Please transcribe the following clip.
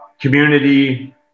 community